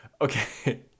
okay